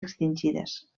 extingides